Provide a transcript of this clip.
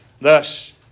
Thus